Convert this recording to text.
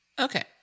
Okay